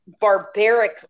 barbaric